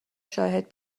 شاهد